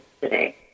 today